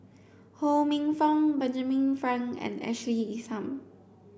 Ho Minfong Benjamin Frank and Ashley Isham